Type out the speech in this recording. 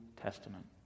Testament